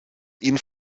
ihn